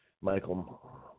Michael